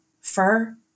fur